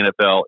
NFL